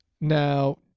Now